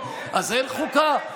אז אין חוקה?